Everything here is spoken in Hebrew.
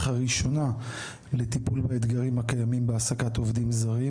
הראשונה לטיפול באתגרים הקיימים בהעסקת עובדים זרים.